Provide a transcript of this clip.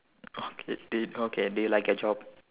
oh okay do you like your job